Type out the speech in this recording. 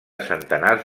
centenars